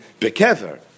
bekever